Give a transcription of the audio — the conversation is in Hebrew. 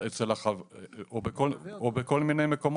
בגין סעיפים